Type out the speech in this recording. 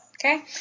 Okay